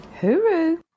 hooroo